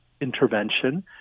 intervention